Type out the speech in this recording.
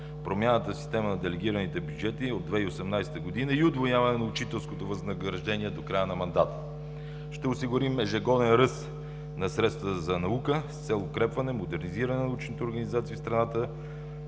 промяна в системата на делегираните бюджети от 2018 г. и удвояване на учителското възнаграждение до края на мандата. Ще осигурим ежегоден ръст на средствата за наука с цел укрепване, модернизиране на научните организации в страната